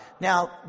Now